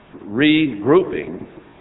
regrouping